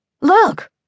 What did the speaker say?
Look